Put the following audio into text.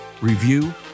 review